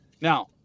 Now